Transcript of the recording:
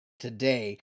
today